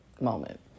moment